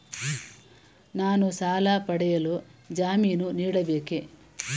ನಾನು ಸಾಲ ಪಡೆಯಲು ಜಾಮೀನು ನೀಡಬೇಕೇ?